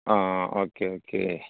ആ okay okay